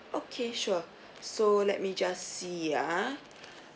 okay sure so let me just see ah